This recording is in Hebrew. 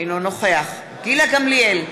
אינו נוכח גילה גמליאל,